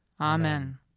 Amen